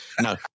No